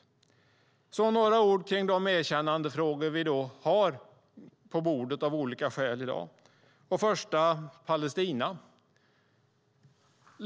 Jag ska säga några ord om de erkännandefrågor som vi har på bordet av olika skäl i dag. Den första är Palestina.